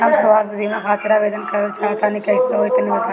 हम स्वास्थ बीमा खातिर आवेदन करल चाह तानि कइसे होई तनि बताईं?